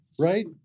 right